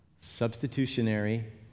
substitutionary